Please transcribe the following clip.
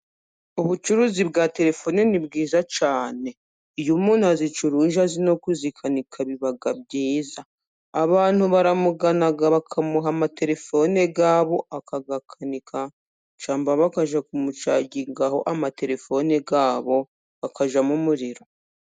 Ubucuruzi bwa telefone ni bwiza cyane. Iyo umuntu azicuruje azi no kuzikanika biba byiza. Abantu baramugana bakamuha amatelefone yabo akayakanika cyangwa bakajya kumucagingaho amatelefone yabo akajyamo umuriro.